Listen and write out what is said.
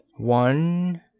One